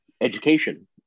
education